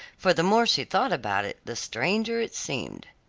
for the more she thought about it, the stranger it seemed.